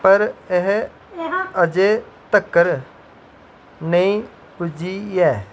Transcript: पर एह् अजें तकर नेईं पुज्जी ऐ